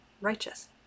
righteous